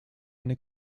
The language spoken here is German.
eine